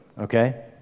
okay